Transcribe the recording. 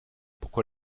pourquoi